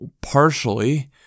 Partially